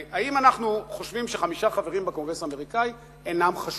האם אנחנו חושבים שחמישה חברים בקונגרס האמריקני אינם חשובים?